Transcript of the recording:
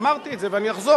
אמרתי את זה, ואני אחזור.